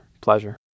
Pleasure